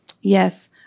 Yes